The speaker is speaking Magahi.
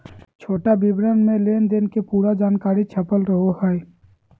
छोटा विवरण मे लेनदेन के पूरा जानकारी छपल रहो हय